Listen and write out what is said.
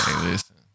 Listen